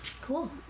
Cool